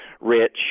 rich